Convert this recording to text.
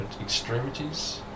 extremities